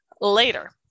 later